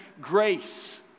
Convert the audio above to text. grace